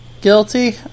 guilty